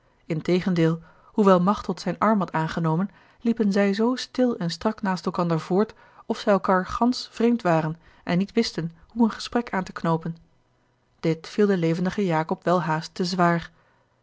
integendeel hoewel machteld zijn arm had aangenomen liepen zij zoo stil en strak naast elkander voort of zij elkaâr gansch vreemd waren en niet wisten hoe een gesprek aan te knoopen dit viel den levendigen jacob welhaast te zwaar